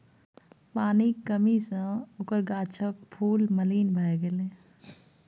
पानिक कमी सँ ओकर गाछक फूल मलिन भए गेलै